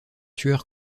tueur